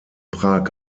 prag